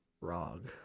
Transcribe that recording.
Rog